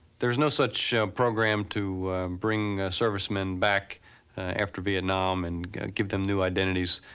there is no such program to bring servicemen back after vietnam and give them new identities.